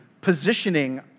positioning